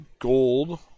gold